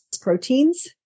proteins